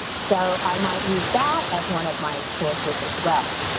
so i might use that as one of my sources as well.